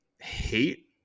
hate